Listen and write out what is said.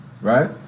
Right